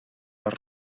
les